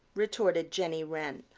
retorted jenny wren.